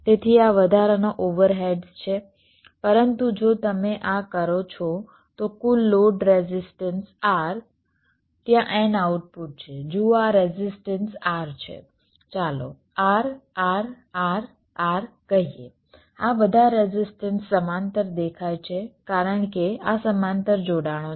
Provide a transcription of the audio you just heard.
તેથી આ વધારાના ઓવરહેડ્સ છે પરંતુ જો તમે આ કરો છો તો કુલ લોડ રેઝિસ્ટન્સ R ત્યાં N આઉટપુટ છે જુઓ આ રેઝિસ્ટન્સ R છે ચાલો R R R R કહીએ આ બધા રેઝિસ્ટન્સ સમાંતર દેખાય છે કારણ કે આ સમાંતર જોડાણો છે